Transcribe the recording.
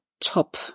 top